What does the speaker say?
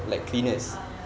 ah ya